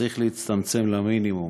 צריך להצטמצם למינימום.